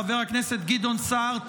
חבר הכנסת גדעון סער,